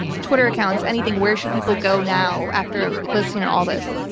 twitter accounts, anything. where should people go now after listening to all this?